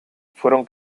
fueron